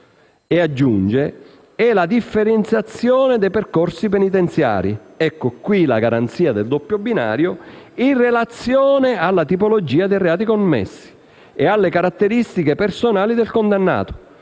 e la differenziazione dei percorsi penitenziari» - ecco qui la garanzia del doppio binario - «in relazione alla tipologia dei reati commessi e alle caratteristiche personali del condannato».